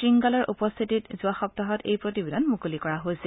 সংগালাৰ উপস্থিতিত যোৱা সপ্তাহত এই প্ৰতিবেদন মুকলি কৰা হৈছে